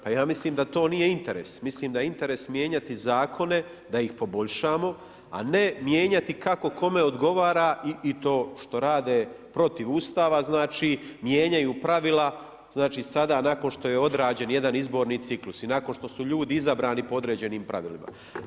Pa ja mislim da to nije interes, mislim da je interes mijenjati zakone da ih poboljšamo, a ne mijenjati kako kome odgovara i to što rade protiv Ustava, mijenjaju pravila sada nakon što je odrađen jedan izborni ciklus i nakon što su ljudi izabrani po određenim pravilima.